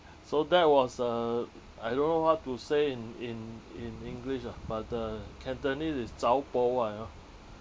so that was uh I don't know what to say in in in english ah but uh cantonese is ah you know